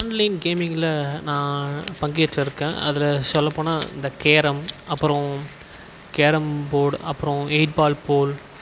online கேமிங்க்கில் நான் பங்கேற்றிருக்கேன் அதில் சொல்லப் போனால் இந்த கேரம் அப்பறம் கேரம் போர்ட் அப்பறம் எயிட் பால் போல்